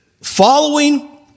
following